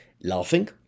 laughing